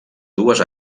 dues